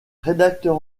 rédacteur